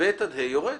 כן.